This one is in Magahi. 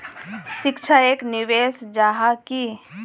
शिक्षा एक निवेश जाहा की?